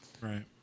Right